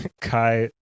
kai